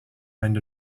kind